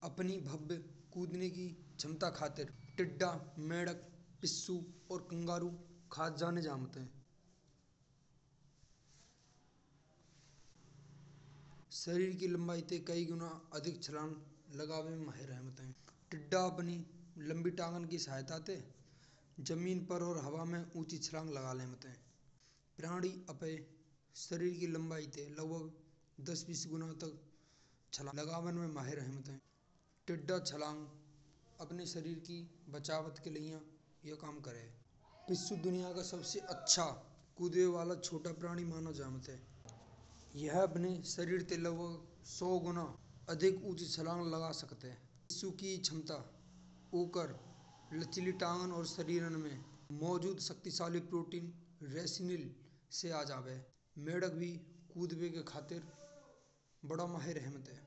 अपनी भावी कूदने की किस्मत खातिर टिड्डा, मेढ़क, पशु और कंगारू खा जाने जमात है। शरीर की लम्बाई ते कई गुना अधिक छलांग लगावे माहिर होत है। टिड्डा अपनी लम्बी टांगन की सहायता ते जमीन पर और हवा में ऊँची छलांग लगावत है। प्राणी अपने सरीर की लम्बाई ते लगभग दस, बीस गुना तक छलांग लगाने में माहिर होत है। टिड्डा छलांग अपनी शरीर की बचावत के लिये यो काम करे। पिस्सू दुनिया का सबसे छोटा कूदने वाला प्राणी मानो जमात है। यह अपने सरीर ते लगभग सौ गुना अधिक ऊँची छलांग लगा सकते है। यह की चमता औ की क्षमता लचीली टांगन और सरीरन में मौजूद शक्तिशाली प्रोटीन, रेसिनिल से आ जावे। मेढ़क भी कूदने के खातिर बड़ो माहिर होत है।